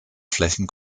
flächen